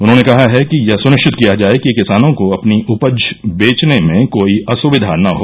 उन्होंने कहा है कि यह सुनिरियत किया जाय कि किसानों को अपनी उपज बेचने में कोई असुविधा न हो